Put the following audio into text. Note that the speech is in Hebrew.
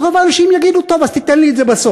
אז רוב האנשים יגידו: טוב, אז תיתן לי את זה בסוף.